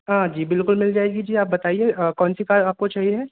हाँ जी बिल्कुल मिल जाएगी जी आप बताइए कौन सी कार आपको चाहिए है